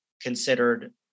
considered